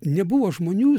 nebuvo žmonių